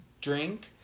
drink